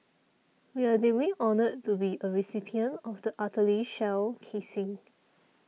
we are deeply honoured to be a recipient of the artillery shell casing